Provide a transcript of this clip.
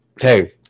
hey –